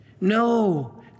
No